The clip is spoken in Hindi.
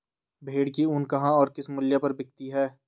भेड़ की ऊन कहाँ और किस मूल्य पर बिकती है?